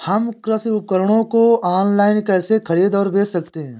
हम कृषि उपकरणों को ऑनलाइन कैसे खरीद और बेच सकते हैं?